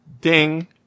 ding